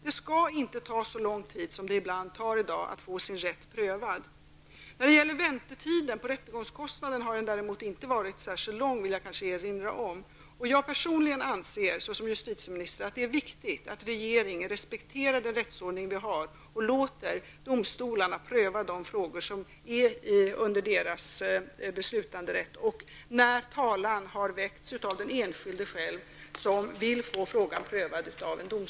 Det skall inte ta så lång tid som det ibland tar i dag att få sin rätt prövad. Väntetiden när det gäller rättegångskostnader har däremot inte varit särskilt lång, kan jag kanske erinra om. Personligen anser jag som justitieminister att det är viktigt att regeringen respekterar den rättsordning som vi har i vårt land och låter domstolarna pröva de frågor som är under deras beslutanderätt och när talan har väckts av den enskilde själv som vill ha frågan prövad i den domstol.